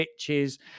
bitches